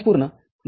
y x